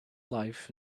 life